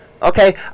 Okay